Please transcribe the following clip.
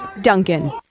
Duncan